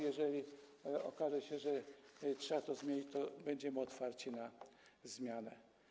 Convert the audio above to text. Jeżeli okaże się, że trzeba to zmienić, to będziemy otwarci na zmianę.